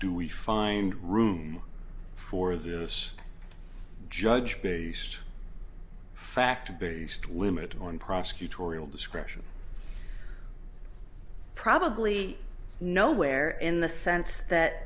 do we find room for this judge based factor based limit on prosecutorial discretion probably nowhere in the sense that